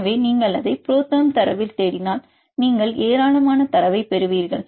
எனவே நீங்கள் அதை புரோதெர்ம் தரவில் தேடினால் நீங்கள் ஏராளமான தரவைப் பெறுவீர்கள்